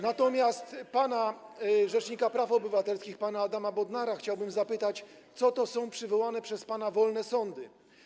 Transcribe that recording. Natomiast rzecznika praw obywatelskich pana Adama Bodnara chciałbym zapytać, co to są przywołane przez pana wolne sądy.